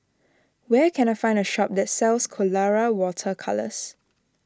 where can I find a shop that sells Colora Water Colours